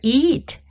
eat